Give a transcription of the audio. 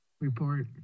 report